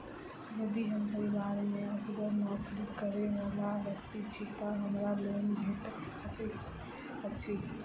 यदि हम परिवार मे असगर नौकरी करै वला व्यक्ति छी तऽ हमरा लोन भेट सकैत अछि?